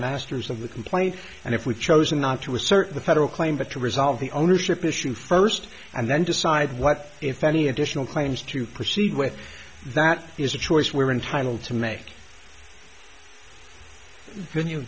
masters of the complaint and if we've chosen not to assert the federal claim but to resolve the ownership issue first and then decide what if any additional claims to proceed with that is a choice we're entitled to make